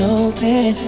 open